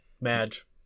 madge